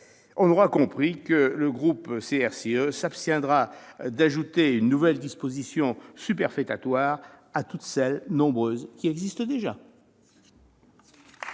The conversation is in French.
On l'aura compris, le groupe CRCE s'abstiendra d'ajouter une nouvelle disposition superfétatoire à toutes celles qui existent déjà.